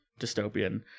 dystopian